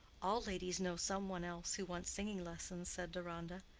all ladies know some one else who wants singing lessons, said deronda.